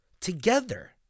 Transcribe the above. together